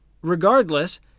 regardless